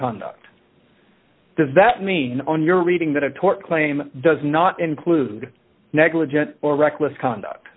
conduct does that mean on your reading that a tort claim does not include negligent or reckless conduct